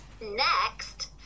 next